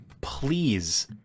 please